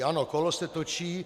Ano, kolo se točí.